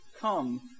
come